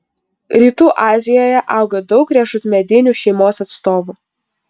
rytų azijoje auga daug riešutmedinių šeimos atstovų